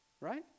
Right